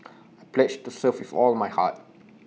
I pledge to serve with all my heart